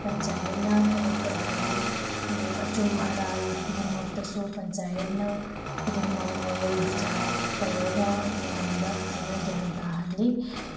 ꯄꯟꯆꯥꯌꯠꯅ ꯊꯕꯛ ꯇꯧꯍꯜꯂꯤ ꯑꯗꯨꯒ ꯑꯆꯨꯝ ꯑꯔꯥꯟ ꯈꯨꯗꯤꯡꯃꯛꯇꯁꯨ ꯄꯟꯆꯥꯌꯠꯅ ꯈꯨꯗꯤꯡꯃꯛ ꯋꯥꯌꯦꯜ ꯕꯤꯆꯥꯔ ꯇꯧꯔꯒ ꯃꯌꯥꯝꯗ ꯐꯖꯅ ꯒ꯭ꯌꯥꯟ ꯇꯥꯍꯜꯂꯤ